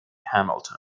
hamilton